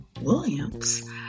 Williams